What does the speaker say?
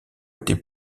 était